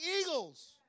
eagles